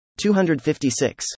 256